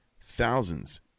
thousands